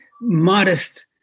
modest